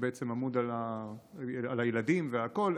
שבעצם אמון על הילדים והכול,